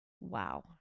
Wow